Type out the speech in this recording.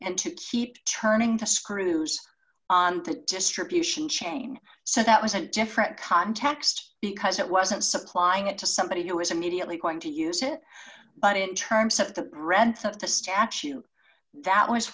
and to keep turning the screws on the distribution chain so that wasn't different context because it wasn't supplying it to somebody who was immediately going to use it but in terms of the breadth of the statute that was